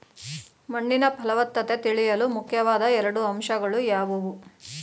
ಮಣ್ಣಿನ ಫಲವತ್ತತೆ ತಿಳಿಯಲು ಮುಖ್ಯವಾದ ಎರಡು ಅಂಶಗಳು ಯಾವುವು?